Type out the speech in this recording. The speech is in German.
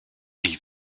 ich